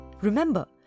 Remember